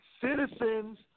Citizens